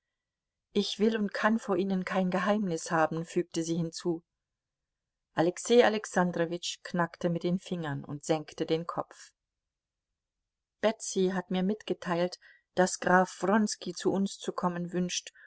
ich will und kann vor ihnen kein geheimnis haben fügte sie hinzu alexei alexandrowitsch knackte mit den fingern und senkte den kopf betsy hat mir mitgeteilt daß graf wronski zu uns zu kommen wünscht